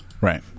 Right